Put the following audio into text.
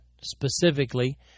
Specifically